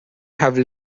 have